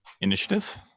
Initiative